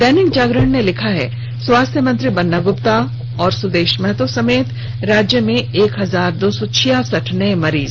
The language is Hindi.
दैनिक जागरण ने लिखा है स्वास्थ्य मंत्री बन्ना गुप्ता सुदेश महतो समेत राज्य में एक हजार दो सौ छियासठ नए मरीज